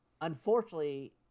Unfortunately